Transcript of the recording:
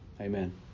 amen